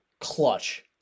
Clutch